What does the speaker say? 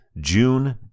June